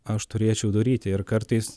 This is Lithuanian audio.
aš turėčiau daryti ir kartais